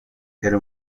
era